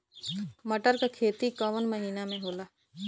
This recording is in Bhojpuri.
मटर क खेती कवन महिना मे होला?